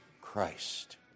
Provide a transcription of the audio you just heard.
Christ